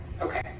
okay